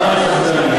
יש תנאי סף לכולם.